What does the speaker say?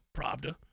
Pravda